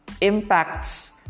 impacts